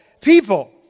people